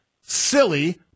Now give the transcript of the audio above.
silly